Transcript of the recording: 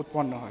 উৎপন্ন হয়